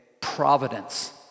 Providence